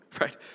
right